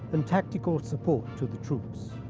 and tactical support to the troops.